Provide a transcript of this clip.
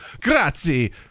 grazie